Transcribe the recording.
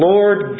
Lord